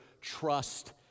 trust